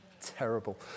Terrible